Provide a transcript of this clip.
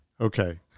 Okay